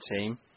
team